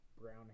brown